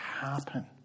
happen